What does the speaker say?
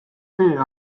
see